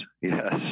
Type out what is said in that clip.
yes